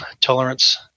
tolerance